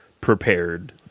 prepared